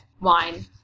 Wine